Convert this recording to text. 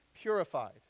purified